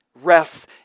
rests